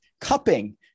cupping